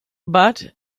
but